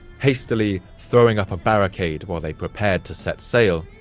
hastily throwing up a barricade while they prepared to set sail.